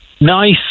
nice